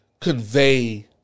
convey